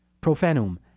Profanum